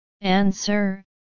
Answer